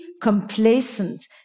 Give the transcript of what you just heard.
complacent